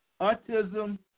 autism